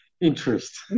interest